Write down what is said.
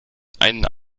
einen